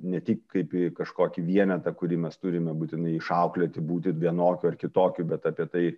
ne tik kaip į kažkokį vienetą kurį mes turime būtinai išauklėti būti vienokiu ar kitokiu bet apie tai